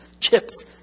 chips